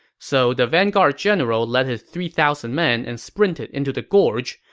so the vanguard general led his three thousand men and sprinted into the gorge.